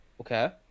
Okay